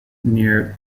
near